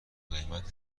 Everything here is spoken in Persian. قیمت